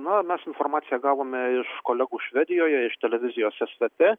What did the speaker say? na mes informaciją gavome iš kolegų švedijoje iš televizijos es t t